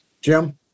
Jim